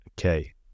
okay